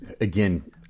again